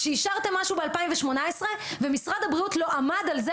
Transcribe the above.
כשאישרתם משהו ב-2018 ומשרד הבריאות לא עמד על זה